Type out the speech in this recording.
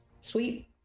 sweet